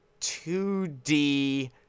2D